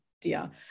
dear